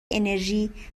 انرژی